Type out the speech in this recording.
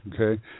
Okay